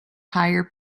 higher